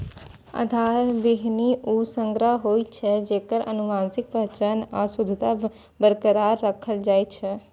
आधार बीहनि ऊ संग्रह होइ छै, जेकर आनुवंशिक पहचान आ शुद्धता बरकरार राखल जाइ छै